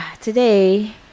Today